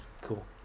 Cool